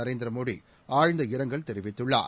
நரேந்திரமோடிஆழ்ந்த இரங்கல் தெரிவித்துள்ளார்